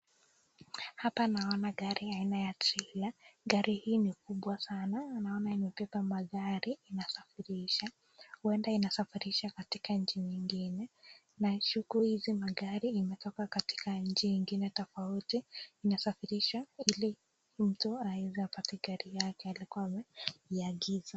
Hapa naona gari aina ya trailer . Gari hii ni kubwa sana, naona imebeba magari inasafirisha. Huenda inasafirisha katika nchi nyingine. Nashuku hizi magari imetoka katika nchi ingine tofauti, inasafirishwa ili mtu aweze apate gari yake alikuwa ameiagiza.